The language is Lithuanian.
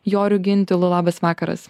joriu gintilu labas vakaras